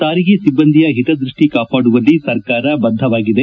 ಸಾರಿಗೆ ಸಿಬ್ಬಂದಿಗಳ ಒತದೃಷ್ಟಿ ಕಾಪಾಡುವಲ್ಲಿ ಸರ್ಕಾರ ಬದ್ಧವಾಗಿದೆ